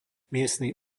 miestny